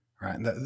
right